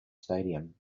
stadium